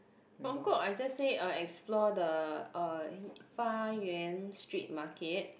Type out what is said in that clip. Mong kok I just say uh explore the uh Fa Yuen street market